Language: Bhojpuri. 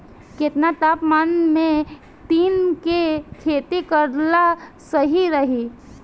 केतना तापमान मे तिल के खेती कराल सही रही?